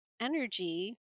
energy